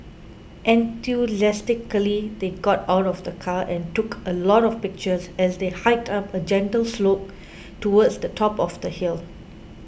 enthusiastically they got out of the car and took a lot of pictures as they hiked up a gentle slope towards the top of the hill